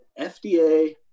FDA